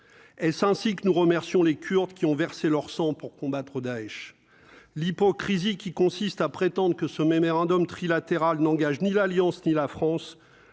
est ainsi que nous remercions les Kurdes qui ont versé leur sang pour combattre Daech l'hypocrisie qui consiste à prétendre que ce même Random trilatéral n'engage ni l'Alliance, ni la France